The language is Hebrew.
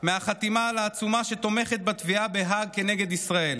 מהחתימה על העצומה שתומכת בתביעה בהאג כנגד ישראל,